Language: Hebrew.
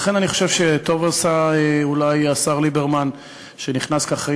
לכן אני חושב שטוב עשה אולי השר ליברמן שנכנס כאחראי